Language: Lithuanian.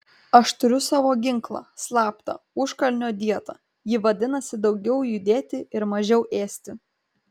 aš turiu savo ginklą slaptą užkalnio dietą ji vadinasi daugiau judėti ir mažiau ėsti